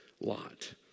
lot